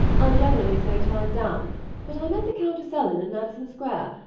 i'm generally so tied down but i met the countess ellen in madison square,